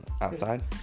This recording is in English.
Outside